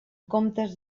comptes